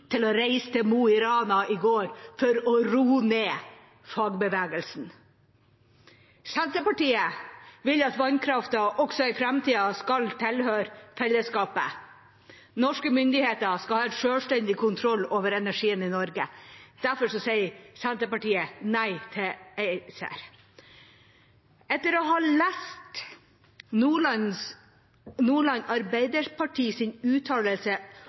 til å reise til Mo i Rana i går for å roe ned fagbevegelsen. Senterpartiet vil at vannkraften også i framtiden skal tilhøre fellesskapet. Norske myndigheter skal ha en selvstendig kontroll over energien i Norge. Derfor sier Senterpartiet nei til ACER. Etter å ha lest Nordland Arbeiderpartis uttalelse